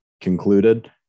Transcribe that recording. concluded